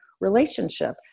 relationship